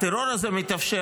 הטרור הזה מתאפשר,